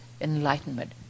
enlightenment